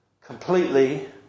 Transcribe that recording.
completely